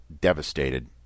devastated